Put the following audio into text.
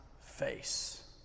face